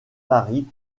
paris